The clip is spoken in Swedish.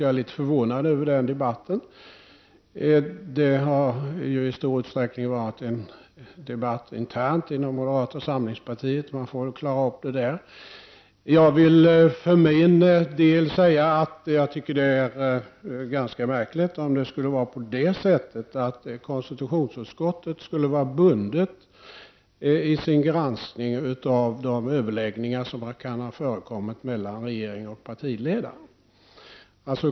Jag är litet förvånad över den debatten. Det har i stor utsträckning varit fråga om en intern debatt inom moderata samlingspartiet. Man får väl klara upp den där. För min del vill jag säga att jag tycker att det är ganska märkligt om konstitutionsutskottet i sin granskning skulle vara bundet av de överläggningar som kan ha förekommit mellan regeringen och partiledarna.